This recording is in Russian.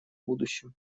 будущем